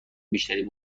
بیشتری